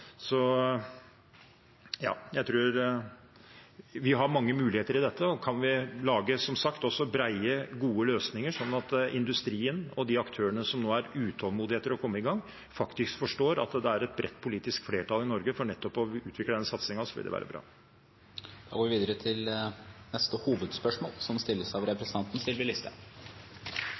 Vi har mange muligheter i dette, og kan vi lage brede, gode løsninger også, slik at industrien og de aktørene som nå er utålmodige etter å komme i gang, faktisk forstår at det er et bredt politisk flertall i Norge for å utvikle denne satsingen, vil det være bra. Vi går videre til neste hovedspørsmål.